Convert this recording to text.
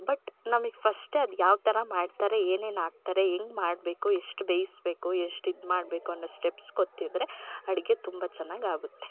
but ನಮಗ್ ಫಸ್ಟೇ ಅದು ಯಾವ್ತರ ಮಾಡ್ತಾರೆ ಏನು ಏನು ಹಾಕ್ತಾರೆ ಹೆಂಗ್ ಮಾಡಬೇಕು ಎಷ್ಟು ಬೇಯಿಸ್ಬೇಕು ಎಷ್ಟು ಇದುಮಾಡ್ಬೇಕು ಅನ್ನೋ ಸ್ಟೆಪ್ಸ್ ಗೊತ್ತಿದ್ರೆ ಅಡಿಗೆ ತುಂಬ ಚೆನ್ನಾಗ್ ಆಗುತ್ತೆ